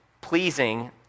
pleasing